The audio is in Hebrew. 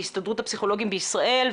מהסתדרות הפסיכולוגים בישראל,